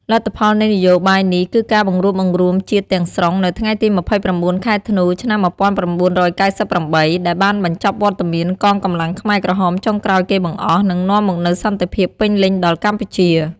លទ្ធផលនៃនយោបាយនេះ គឺការបង្រួបបង្រួមជាតិទាំងស្រុងនៅថ្ងៃទី ២៩ ខែធ្នូ ឆ្នាំ ១៩៩៨ ដែលបានបញ្ចប់វត្តមានកងកម្លាំងខ្មែរក្រហមចុងក្រោយគេបង្អស់ និងនាំមកនូវសន្តិភាពពេញលេញដល់កម្ពុជា។